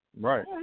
Right